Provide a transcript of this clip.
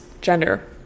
gender